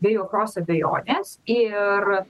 be jokios abejonės ir